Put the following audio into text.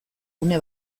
une